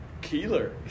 keeler